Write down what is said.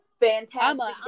Fantastic